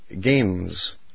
games